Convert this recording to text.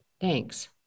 Thanks